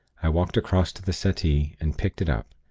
i walked across to the settee, and picked it up.